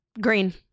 Green